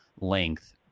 length